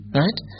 right